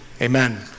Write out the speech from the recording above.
Amen